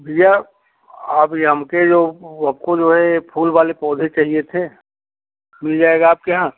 भैया अभी हम के जो हम को जो है ये फूल वाले पौधे चाहिए थे मिल जाएगा आपके यहाँ